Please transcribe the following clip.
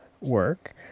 work